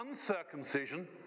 uncircumcision